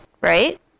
right